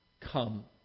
come